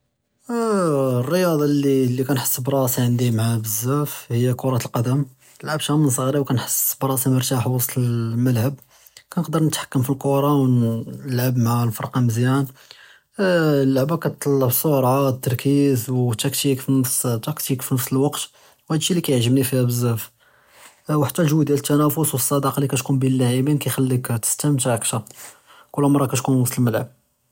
אֶלְרִיַּاضָה לִי כַּאנְחִס בְּרַאסִי עַנְדִי מְעַהָא בְּזַאף הִי כֻּرַת אֶלְקַדַּם, לְעַבְּתְּהָ מִן ṣְغִירִי וְכַאנְחִס בְּרַאסִי מְרְתַח וְסַטּ בֶּאֶלְמַלַעَب, כַּאנְقְדַּר נִתְחַכְּם פִי אֶלְקּוּרָה וְנְלַעֵב מַעַּ אֶלְפַרְקַה מְזְיַאן. אֶלְלְעֻבָּה כַּاتְתַּطَلַּב ṣוּרַה, תַּרְכִּיז וְתַקְתִּיק פִּנְפְס אֶלְוַקְת וְהָד אֶשִׁי לִי כַּאִיעְגְ'בְנִי פִיהּ בְּזַאף, וְחַתִּי אֶלְגּ'וּ דִּיַאל אֶתְתַנַافְּס בֵּין אֶלְלַּעּבִין כַּיְחַלִּيك תִּסְתַנְתֵע כֻּל מַרָّة כּוֹנְת פִי וְסַטּ אֶלְמַלַעَب.